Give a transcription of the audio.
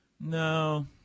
No